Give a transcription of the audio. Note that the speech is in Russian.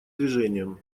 движением